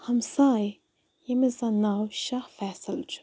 ہَمساے ییٚمِس زَن ناو شاہ فیصل چھُ